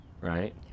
right